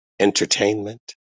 Entertainment